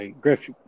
Griff